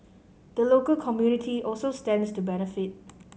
the local community also stands to benefit